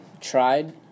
Tried